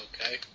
Okay